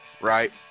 right